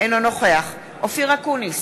אינו נוכח אופיר אקוניס,